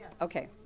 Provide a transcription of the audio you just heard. Okay